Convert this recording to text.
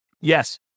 yes